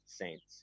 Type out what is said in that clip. saints